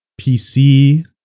pc